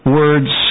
words